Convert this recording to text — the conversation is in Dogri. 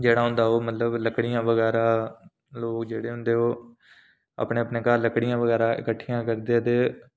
रातीं बेल्लै लोक जेह्ड़े ओह् अपने अपने घर लकड़ियां बगैरा किट्ठा करदे